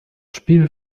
spiel